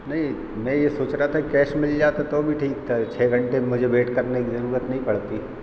नहीं मैं ये सोच रहा था कैश मिल जाता तो भी ठीक था छः घंटे मुझे वेट करने की ज़रूरत नहीं पड़ती